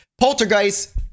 poltergeists